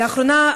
לאחרונה,